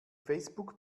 facebook